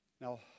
Now